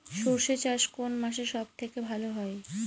সর্ষে চাষ কোন মাসে সব থেকে ভালো হয়?